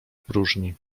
próżni